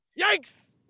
Yikes